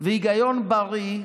והיגיון בריא.